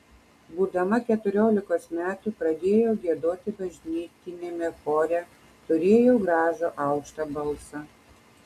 būdama keturiolikos metų pradėjau giedoti bažnytiniame chore turėjau gražų aukštą balsą